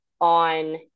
on